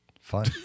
Fun